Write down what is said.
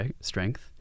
strength